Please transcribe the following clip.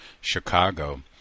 Chicago